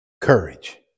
courage